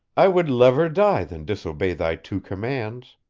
i would lever die than disobey thy two commands.